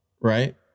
Right